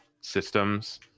systems